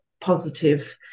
positive